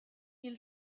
hil